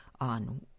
on